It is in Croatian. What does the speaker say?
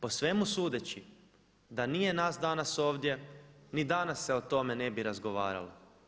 Po svemu sudeći da nije nas danas ovdje ni danas se o tome ne bi razgovaralo.